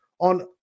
on